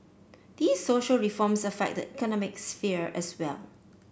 these social reforms affect the economic sphere as well